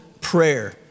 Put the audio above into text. prayer